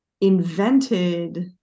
invented